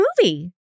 movie